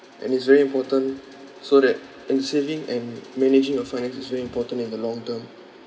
and it's very important so that and saving and managing your finance is really important in the long term